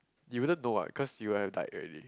you wouldn't know what cause you would have died already